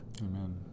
Amen